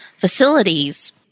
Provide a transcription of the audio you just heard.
facilities